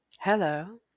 hello